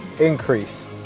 increase